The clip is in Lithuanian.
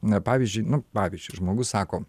na pavyzdžiui nu pavyzdžiui žmogus sako